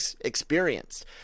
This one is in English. experienced